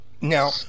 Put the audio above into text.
Now